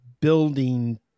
building